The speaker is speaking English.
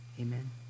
Amen